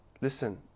listen